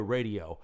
Radio